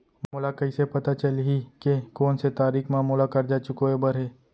मोला कइसे पता चलही के कोन से तारीक म मोला करजा चुकोय बर हे?